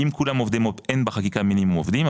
אם כולם עובדי מו"פ אין בחקיקה מינימום עובדים,